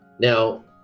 Now